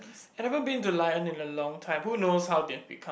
I never been to Lion in a long time who knows how they have become